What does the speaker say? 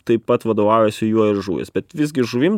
taip pat vadovaujasi juo ir žuvys bet visgi žuvim